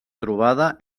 trobada